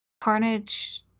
carnage